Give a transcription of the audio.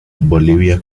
bolivia